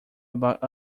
about